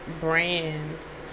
brands